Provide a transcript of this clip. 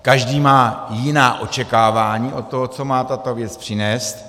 Každý má jiná očekávání od toho, co má tato věc přinést.